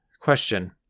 Question